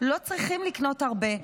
לא צריכים לקנות הרבה,